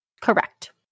Correct